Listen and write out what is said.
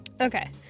Okay